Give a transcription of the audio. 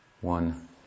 one